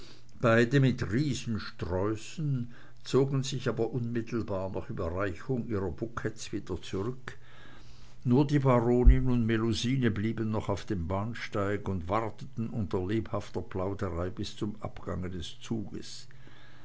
beide mit riesensträußen zogen sich aber unmittelbar nach überreichung ihrer bouquets wieder zurück nur die baronin und melusine blieben noch auf dem bahnsteig und warteten unter lebhafter plauderei bis zum abgange des zuges